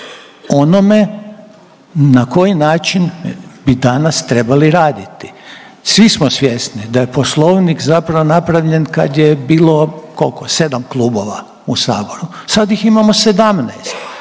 onome na koji način bi danas trebali raditi. Svi smo svjesni da je Poslovnik zapravo napravljen kad je bilo koliko 7 klubova u Saboru, sad ih imamo 17.